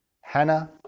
Hannah